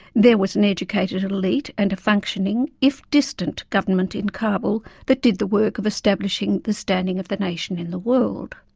there was an educated elite and a functioning, if distant, government in kabul that did the work of establishing the standing of the nation in the world.